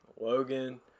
Logan